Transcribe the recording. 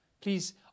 Please